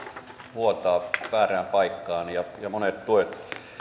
vuotaa väärään paikkaan ja monet tuet